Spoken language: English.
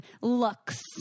looks